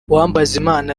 uwambazimana